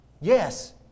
Yes